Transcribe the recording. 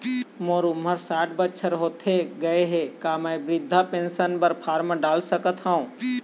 मोर उमर साठ बछर होथे गए हे का म वृद्धावस्था पेंशन पर फार्म डाल सकत हंव?